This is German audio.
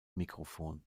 mikrofon